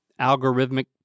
algorithmic